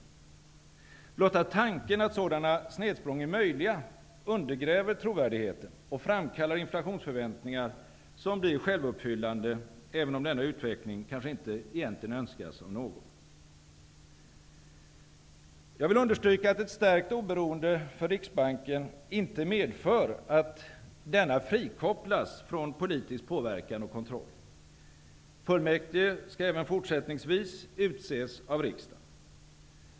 Blotta tanken att sådana snedsprång är möjliga undergräver trovärdigheten och framkallar inflationsförväntningar, som blir självuppfyllande, även om denna utveckling kanske inte egentligen önskas av någon. Jag vill understryka att ett stärkt oberoende för Riksbanken inte medför att denna frikopplas från politisk påverkan och kontroll. Fullmäktige skall även fortsättningsvis utses av riksdagen.